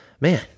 man